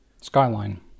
Skyline